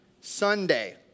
Sunday